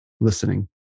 listening